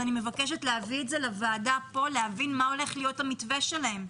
אז אני מבקשת להביא את זה לוועדה כדי להבין מה הולך להיות המתווה שלהם.